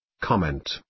Comment